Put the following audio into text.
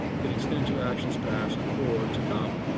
can extend to actions past or to come.